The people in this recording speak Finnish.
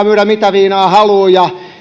myydä mitä viinaa haluavat ja